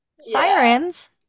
Sirens